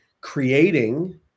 creating